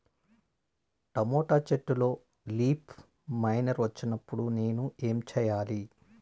Tomato చెట్టులో leaf miner వచ్చినప్పుడు నేను ఏమి చెయ్యాలి?